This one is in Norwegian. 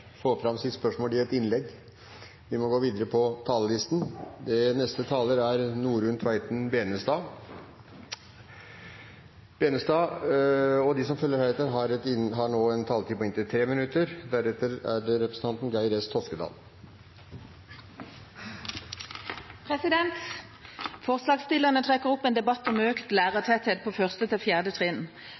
få fram sitt spørsmål i et innlegg. De talere som heretter får ordet, har en taletid på inntil 3 minutter. Forslagsstillerne trekker opp en debatt om økt lærertetthet på 1.–4. trinn. Etter mitt syn handler denne debatten i første